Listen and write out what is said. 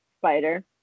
Spider